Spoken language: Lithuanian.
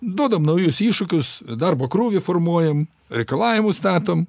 duodam naujus iššūkius darbo krūvį formuojam reikalavimus statom